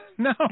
No